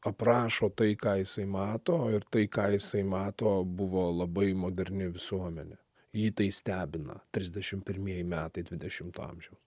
aprašo tai ką jisai mato ir tai ką jisai mato buvo labai moderni visuomenė jį tai stebina trisdešimt pirmieji metai dvidešimto amžiaus